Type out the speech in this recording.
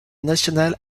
national